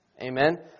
Amen